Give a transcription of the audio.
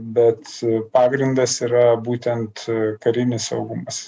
bet pagrindas yra būtent karinis saugumas